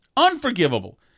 Unforgivable